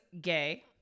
gay